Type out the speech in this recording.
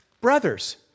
brothers